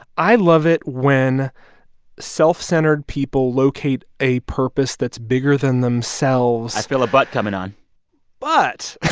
i love it when self-centered people locate a purpose that's bigger than themselves i feel a but coming on but.